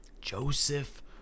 Joseph